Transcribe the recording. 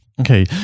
Okay